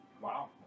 Wow